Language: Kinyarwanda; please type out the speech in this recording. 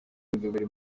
rugabire